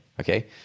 okay